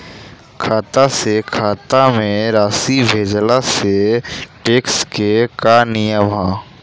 खाता से खाता में राशि भेजला से टेक्स के का नियम ह?